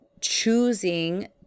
choosing